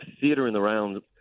theater-in-the-round